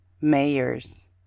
mayors